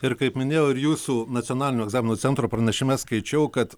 ir kaip minėjau ir jūsų nacionalinio egzaminų centro pranešime skaičiau kad